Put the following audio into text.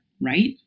right